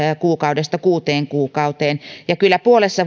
kuukaudesta kuuteen kuukauteen ja kyllä puolessa